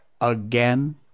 again